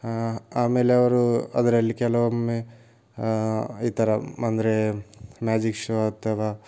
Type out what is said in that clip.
ಆಮೇಲೆ ಅವರು ಅದರಲ್ಲಿ ಕೆಲವೊಮ್ಮೆ ಈ ಥರ ಅಂದರೆ ಮ್ಯಾಜಿಕ್ ಶೋ ಅಥವಾ